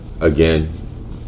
again